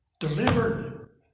delivered